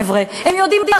הם יודעים יותר מאתנו,